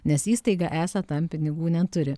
nes įstaiga esą tam pinigų neturi